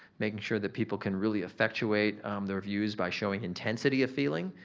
making sure that people can really effectuate the reviews by showing intensity of feeling,